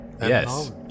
Yes